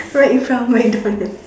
right in front of MacDonalds